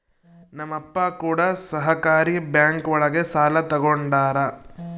ನಮ್ ಅಪ್ಪ ಕೂಡ ಸಹಕಾರಿ ಬ್ಯಾಂಕ್ ಒಳಗ ಸಾಲ ತಗೊಂಡಾರ